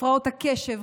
הפרעות הקשב,